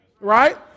Right